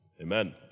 Amen